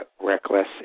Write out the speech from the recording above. reckless